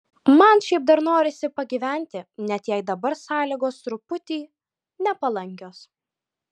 man šiaip dar norisi pagyventi net jei dabar sąlygos truputį nepalankios